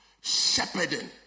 shepherding